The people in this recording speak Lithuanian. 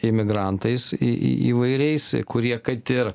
imigrantais į į į įvairiais kurie kad ir